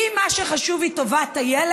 כי אם מה שחשוב הוא טובת הילד,